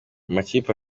amakipe